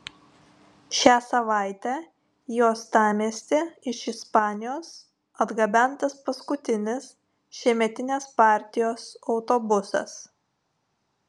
šią savaitę į uostamiestį iš ispanijos atgabentas paskutinis šiemetinės partijos autobusas